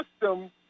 system